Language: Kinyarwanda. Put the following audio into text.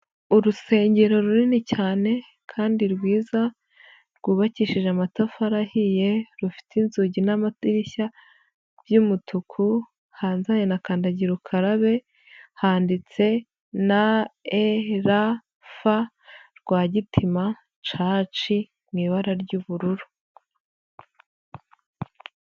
Urusengero runini cyane kandi rwiza rwubakishije amatafari ahiye, rufite inzugi n'amadirishya by'umutuku, hanze hari na kandagira ukarabe handitse N, E, R, F Rwagitima Church mu ibara ry'ubururu.